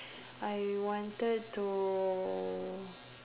I wanted to